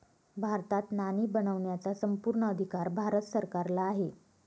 भारतात नाणी बनवण्याचा संपूर्ण अधिकार भारत सरकारला आहे